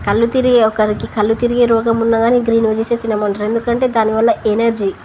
కళ్ళు తిరిగిే ఒకరికి కళ్ళు తిరిగే రోగం ఉన్నాగాని గ్రీన్ వెజ్జిసే తినమంటారు ఎందుకంటే దానివల్ల ఎనర్జీ